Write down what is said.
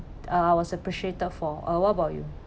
uh was appreciated for uh what about you